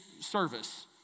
service